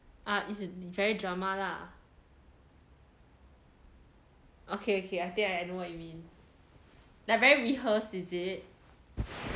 ah is very drama lah okay okay I think I know what you mean like very rehearsed is it